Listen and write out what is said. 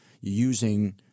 using